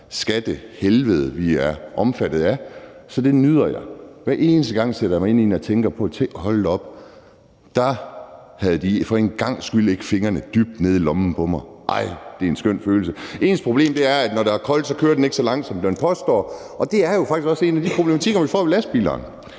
skattehelvede, vi er omfattet af. Så det nyder jeg. Hver eneste gang jeg sætter mig ind i den, tænker jeg: Hold da op, der havde de for en gangs skyld ikke fingrene dybt nede i lommen på mig – ej, det er en skøn følelse. Det eneste problem er, at når det er koldt, kører den ikke så langt, som man påstår. Og det er jo faktisk også en af de problematikker, vi får med lastbilerne.